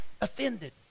offended